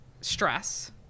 stress